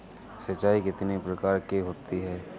सिंचाई कितनी प्रकार की होती हैं?